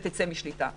ותצא משליטה,